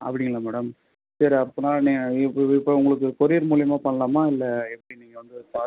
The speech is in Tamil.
அப்படிங்களா மேடம் சரி அப்படினா நீங்கள் இ புது இப்போ உங்களுக்கு கொரியர் மூலயமா பண்ணலாமா இல்லை எப்படி நீங்கள் வந்து பாத்